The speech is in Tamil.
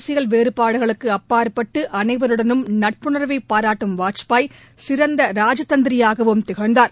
அரசியல் வேறபாடுகளுக்கு அப்பாற்பட்டு அனைவருடனும் நட்புணர்வை பாராட்டும் வாஜ்பாய் சிறந்த ராஜ தந்திரியாகவும் திகழ்ந்தார்